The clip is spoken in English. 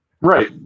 Right